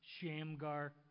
Shamgar